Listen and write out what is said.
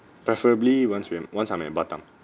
preferably once we have once I'm at batam